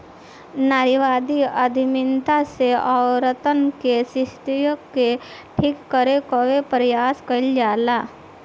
नारीवादी उद्यमिता से औरतन के स्थिति के ठीक करे कअ प्रयास कईल जाला